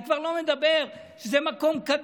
אני כבר לא מדבר על כך שזה מקום קדוש,